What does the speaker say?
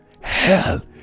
hell